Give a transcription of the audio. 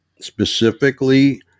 specifically